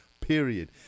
period